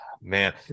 man